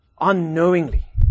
unknowingly